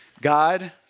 God